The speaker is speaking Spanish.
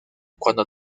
cuando